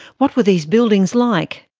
what were these buildings like?